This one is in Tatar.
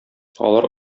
алар